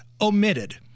omitted